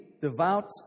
devout